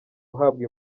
uhabwa